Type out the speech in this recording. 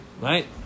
Right